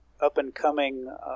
up-and-coming